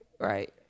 right